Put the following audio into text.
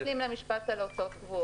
אני רוצה להשלים משפט על הוצאות קבועות